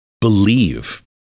believe